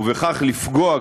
ובכך לפגוע,